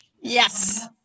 Yes